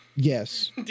Yes